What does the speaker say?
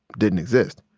didn't exist